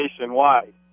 nationwide